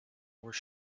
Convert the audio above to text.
were